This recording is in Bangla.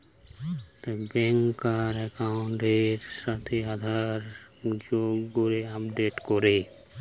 ব্যাংকার একাউন্টের সাথে আধার যোগ করে আপডেট করে